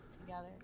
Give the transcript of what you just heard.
together